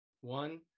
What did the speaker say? one